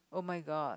[oh]-my-god